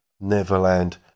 Neverland